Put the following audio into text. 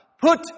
Put